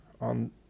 on